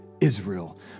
Israel